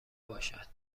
باشد